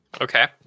Okay